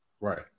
Right